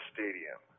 Stadium